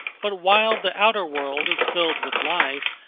but while the outer world is filled with life.